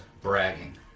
bragging